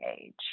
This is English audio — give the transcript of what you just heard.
age